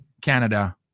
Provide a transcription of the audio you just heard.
Canada